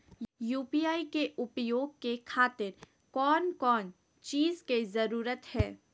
UPI के उपयोग के खातिर कौन कौन चीज के जरूरत है?